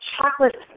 chocolate